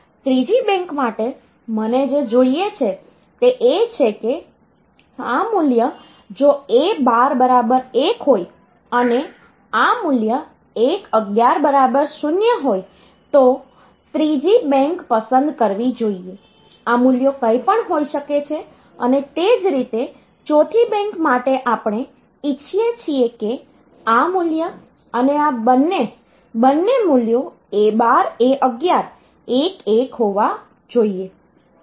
ત્રીજી બેંક માટે મને જે જોઈએ છે તે એ છે કે આ મૂલ્ય જો A12 1 હોય અને આ મૂલ્ય A11 0 હોય તો ત્રીજી બેંક પસંદ કરવી જોઈએ આ મૂલ્યો કંઈપણ હોઈ શકે છે અને તે જ રીતે ચોથી બેંક માટે આપણે ઇચ્છીએ છીએ કે આ મૂલ્ય અને આ બંને બંને મૂલ્યો A12 A11 11 હોવા જોઈએ